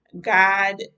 God